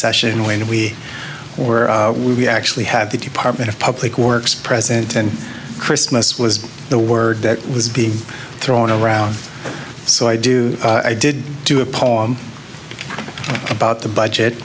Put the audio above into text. session when we were we actually had the department of public works present and christmas was the word that was being thrown around so i do i did do a poem about the budget